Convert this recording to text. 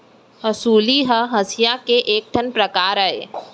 हँसुली ह हँसिया के एक ठन परकार अय